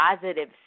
positive